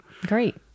Great